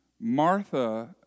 Martha